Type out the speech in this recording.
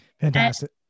Fantastic